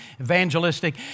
evangelistic